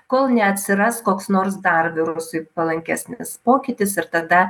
kol neatsiras koks nors dar virusui palankesnis pokytis ir tada